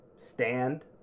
stand